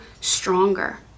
stronger